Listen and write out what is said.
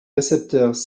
récepteurs